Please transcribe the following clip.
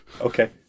Okay